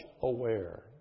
aware